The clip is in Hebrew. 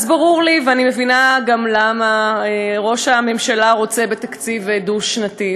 אז ברור לי ואני מבינה גם למה ראש הממשלה רוצה תקציב דו-שנתי,